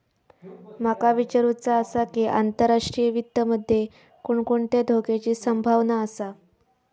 माका विचारुचा आसा की, आंतरराष्ट्रीय वित्त मध्ये कोणकोणत्या धोक्याची संभावना आसा?